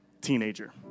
teenager